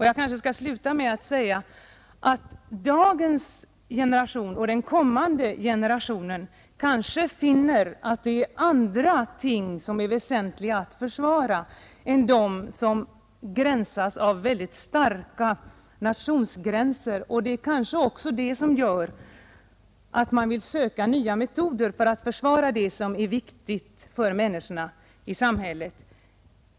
Jag kanske avslutningsvis skall säga att dagens unga generation och den generation som träder till därefter kommer kanske att anse att det finns andra och väsentligare ting att försvara än sådana värden som i dag omgärdas av nationsgränser. Det är kanske också det som gör att man vill söka nya metoder för att försvara det som är viktigt för människorna i samhället.